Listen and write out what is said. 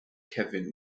kevin